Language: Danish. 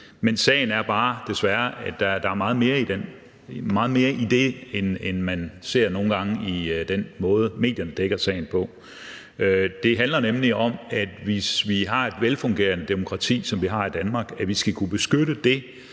men sagen er desværre bare, at der er meget mere i det, end man nogle gange ser i den måde, medierne dækker sagen på. Det handler nemlig om, at hvis vi har et velfungerende demokrati, som vi har i Danmark, skal vi kunne beskytte det